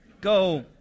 go